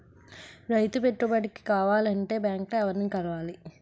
రైతు పెట్టుబడికి కావాలంటే బ్యాంక్ లో ఎవరిని కలవాలి?